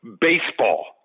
baseball